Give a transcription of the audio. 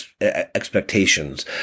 expectations